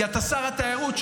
כי אתה שר התיירות,